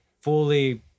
fully